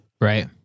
Right